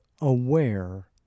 aware